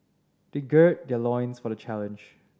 they gird their loins for the challenge